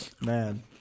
Man